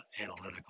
analytical